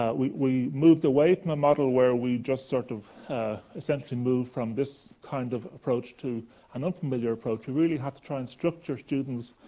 ah we we moved away from the model where we just sort of essentially move from this kind of approach to an unfamiliar approach we really had to try and structure students'